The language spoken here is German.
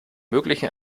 möglichen